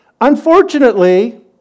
Unfortunately